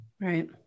right